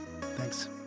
thanks